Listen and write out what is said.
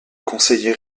conseiller